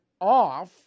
off